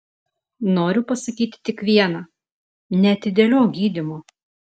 noriu pasakyti tik viena neatidėliok gydymo